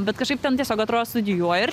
bet kažaip ten tiesiog atro studijuoji ir